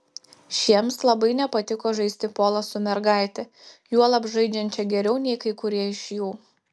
šiems labai nepatiko žaisti polą su mergaite juolab žaidžiančia geriau nei kai kurie iš jų